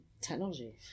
technology